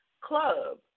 club